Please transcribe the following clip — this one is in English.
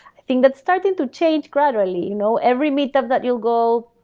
i think that's starting to change gradually. you know every meet up that you'll go,